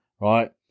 right